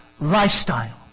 lifestyle